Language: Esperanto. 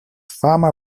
fama